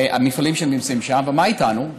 המפעלים שנמצאים שם: ומה איתנו?